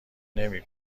نمی